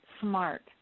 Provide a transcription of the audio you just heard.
smart